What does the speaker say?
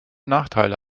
nachteile